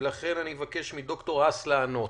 ולכן אני אבקש מד"ר האס לענות.